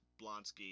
Blonsky